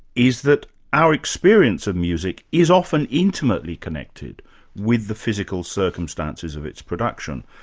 is that our experience of music is often intimately connected with the physical circumstances of its production.